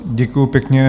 Děkuji pěkně.